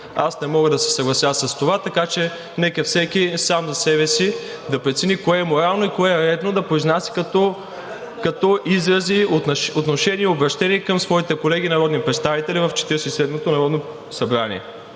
Аз не мога да се съглася с това, така че нека всеки сам за себе си да прецени кое е морално и кое е редно да произнася като изрази, отношение, обръщение към своите колеги народни представители в Четиридесет